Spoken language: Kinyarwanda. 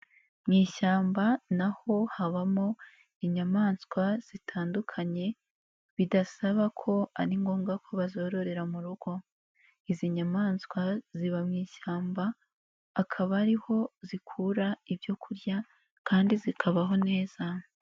Mu ishyamba n'aho habamo inyamaswa zitandukanye, bidasaba ko ari ngombwa ko bazororera mu rugo. lzi nyamaswa ziba mu ishyamba, akaba ari ho zikura ibyo kurya kandi zikabaho neza.